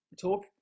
talk